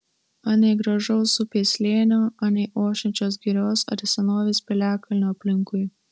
anei gražaus upės slėnio anei ošiančios girios ar senovės piliakalnio aplinkui